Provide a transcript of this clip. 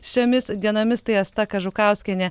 šiomis dienomis tai asta kažukauskienė